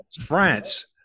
France